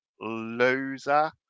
Loser